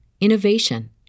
innovation